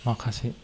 माखासे